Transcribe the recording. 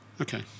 Okay